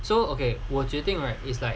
so okay 我决定 right is like